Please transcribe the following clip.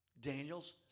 Daniel's